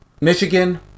Michigan